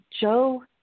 Joe